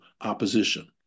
opposition